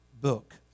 book